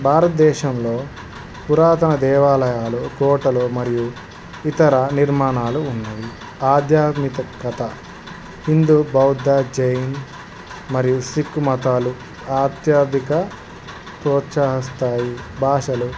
భారతదేశంలో పురాతన దేవాలయాలు కోటలు మరియు ఇతర నిర్మాణాలు ఉన్నాయి ఆధ్యాత్మికత హిందూ బౌద్ధ జైన్ మరియు సిక్కు మతాలు ఆధ్యాత్మికత ప్రోత్సాహిస్తాయి భాషలు